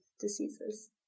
diseases